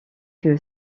que